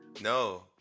No